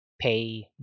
pay